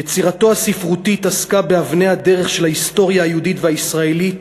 יצירתו הספרותית עסקה באבני הדרך של ההיסטוריה היהודית והישראלית